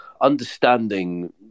understanding